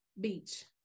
beach